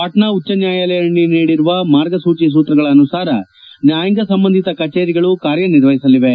ವಾಟ್ನಾ ಉಜ್ವ ನ್ಯಾಯಾಲಯ ನೀಡಿರುವ ಮಾರ್ಗದರ್ಶಿ ಸೂತ್ರಗಳ ಅನುಸಾರ ನ್ಯಾಯಾಂಗ ಸಂಬಂಧಿತ ಕಚೇರಿಗಳು ಕಾರ್ಯನಿರ್ವಹಿಸಲಿವೆ